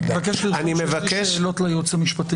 אני מבקש לרשום שיש לי שאלות ליועץ המשפטי.